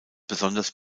besonders